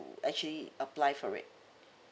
actually apply for it